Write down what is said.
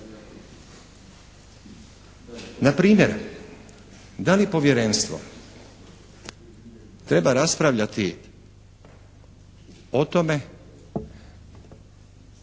Na primjer, da li Povjerenstvo treba raspravljati o tome